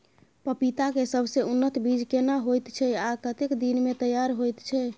पपीता के सबसे उन्नत बीज केना होयत छै, आ कतेक दिन में तैयार होयत छै?